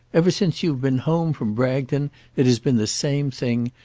ever since you've been home from bragton it has been the same thing,